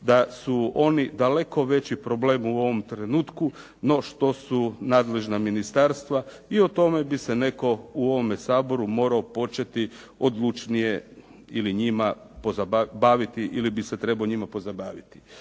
da su oni daleko veći problem u ovom trenutku no što su nadležna ministarstva i o tome bi se netko u ovome Saboru morao početi odlučnije ili njima baviti, ili bi se trebao njima pozabaviti.